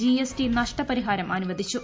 G S T നഷ്ടപരിഹാരം അനുവദിച്ചു